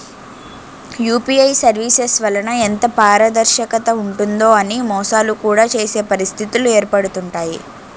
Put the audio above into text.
UPI services వలన ఎంత పారదర్శకత ఉంటుందో అని మోసాలు కూడా చేసే పరిస్థితిలు ఏర్పడుతుంటాయి